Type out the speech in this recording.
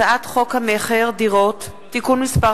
הצעת חוק המכר (דירות) (תיקון מס'